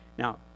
Now